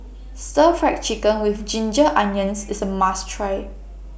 Stir Fry Chicken with Ginger Onions IS A must Try